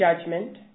judgment